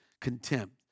contempt